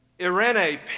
Irene